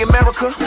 America